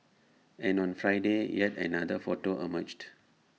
and on Friday yet another photo emerged